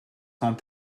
sans